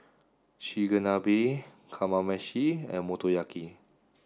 Chigenabe Kamameshi and Motoyaki